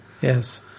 Yes